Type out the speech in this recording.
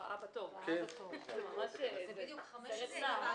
הצבעה בעד 3 נגד אין נמנעים אין בקשת שר הפנים בדבר